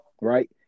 right